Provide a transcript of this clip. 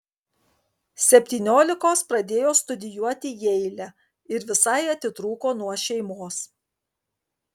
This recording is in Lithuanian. septyniolikos pradėjo studijuoti jeile ir visai atitrūko nuo šeimos